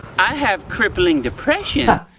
i have crippling depression yeah